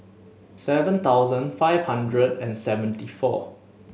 seven thousand five hundred and seventy four